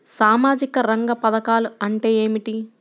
సామాజిక రంగ పధకాలు అంటే ఏమిటీ?